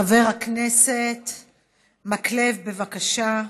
חבר הכנסת מקלב, בבקשה.